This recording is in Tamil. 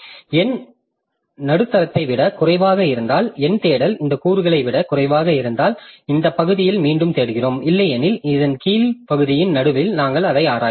எண் நடுத்தரத்தை விட குறைவாக இருந்தால் எண் தேடல் இந்த கூறுகளை விட குறைவாக இருந்தால் இந்த பகுதியில் மீண்டும் தேடுகிறோம் இல்லையெனில் இந்த கீழ் பகுதியின் நடுவில் நாங்கள் அதை ஆராய்வோம்